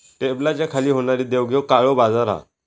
टेबलाच्या खाली होणारी देवघेव काळो बाजार हा